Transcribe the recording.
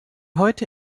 heute